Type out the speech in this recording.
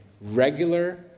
regular